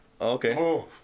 Okay